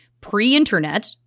pre-internet